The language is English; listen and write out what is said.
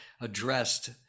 addressed